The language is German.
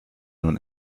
nun